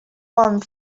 one